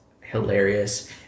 hilarious